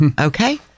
okay